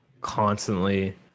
constantly